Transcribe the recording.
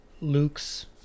Luke's